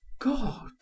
God